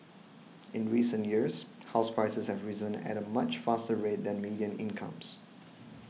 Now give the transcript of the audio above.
in recent years house prices have risen at a much faster rate than median incomes